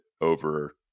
over